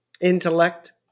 Intellect